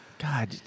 God